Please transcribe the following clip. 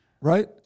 Right